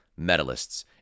medalists